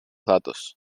datos